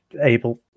able